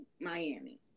miami